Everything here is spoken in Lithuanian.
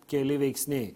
keli veiksniai